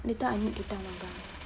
later I need to tell my brother